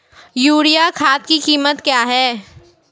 Urea खाद की कीमत क्या है?